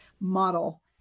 model